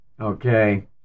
Okay